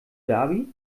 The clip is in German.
dhabi